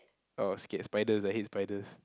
oh scared spiders I hate spiders